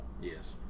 Yes